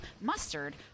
mustard